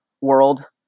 world